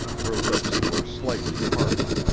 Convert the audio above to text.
her lips were slightly parted.